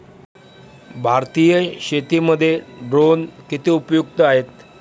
भारतीय शेतीमध्ये ड्रोन किती उपयुक्त आहेत?